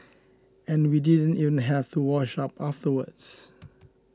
and we didn't even have to wash up afterwards